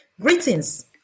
Greetings